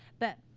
but